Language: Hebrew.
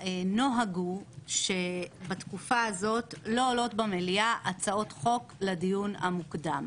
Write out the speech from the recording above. והנוהג הוא שבתקופה הזאת לא עולות במליאה הצעות חוק לדיון המוקדם.